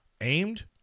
aimed